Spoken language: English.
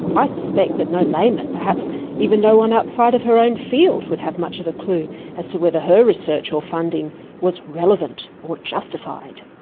i suspect that no layman, perhaps even no one outside of her own field would have much of a clue as to whether her research or funding was relevant or justified.